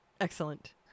Excellent